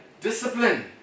discipline